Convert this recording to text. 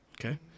Okay